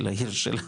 של העיר שלה,